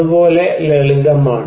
അത് പോലെ ലളിതമാണ്